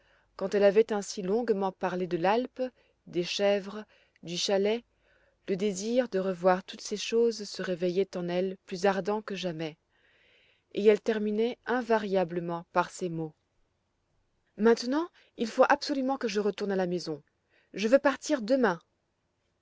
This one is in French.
quand elle avait ainsi longuement parlé de l'alpe des chèvres du chalet le désir de revoir toutes ces choses se réveillait en elle plus ardent que jamais et elle terminait invariablement par ces mots maintenant il faut absolument que je retourne à la maison je veux partir demain